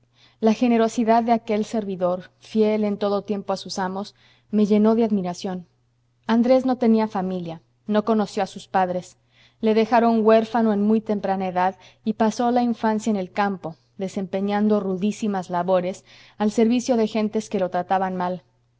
la generosidad de aquel servidor fiel en todo tiempo a sus amos me llenó de admiración andrés no tenía familia no conoció a sus padres le dejaron huérfano en muy temprana edad y pasó la infancia en el campo desempeñando rudísimas labores al servicio de gentes que lo trataban mal